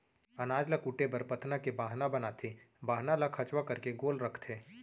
अनाज ल कूटे बर पथना के बाहना बनाथे, बाहना ल खंचवा करके गोल रखथें